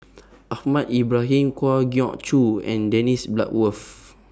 Ahmad Ibrahim Kwa Geok Choo and Dennis Bloodworth